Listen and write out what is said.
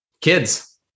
kids